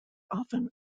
often